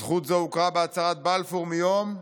"זכות זו הוכרה בהצהרת בלפור מיום ב'